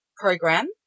program